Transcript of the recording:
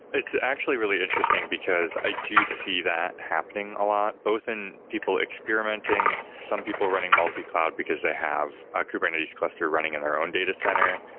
it's actually really interesting, because i do see that happening a lot both in people experimenting some people running multi cloud, because they have a kubernetes cluster running in their own data center.